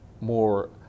more